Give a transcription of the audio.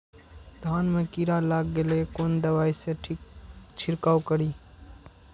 धान में कीरा लाग गेलेय कोन दवाई से छीरकाउ करी?